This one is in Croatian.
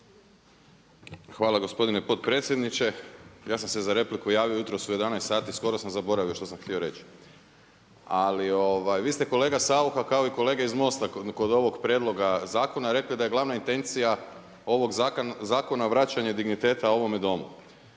Hvala gospodine potpredsjedniče. Ja sam se za repliku javio jutros u 11h, skoro sam zaboravio što sam htio reći. Vi ste kolega Saucha, kao i kolege iz MOST-a kod ovog prijedloga zakona rekli da je glavna intencija ovog zakona vraćanje digniteta ovome domu.